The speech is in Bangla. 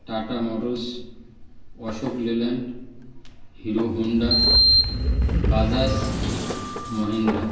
tata Motors Ashok Leyland Hero Honda Bajaj Mahindra